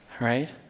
Right